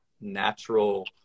natural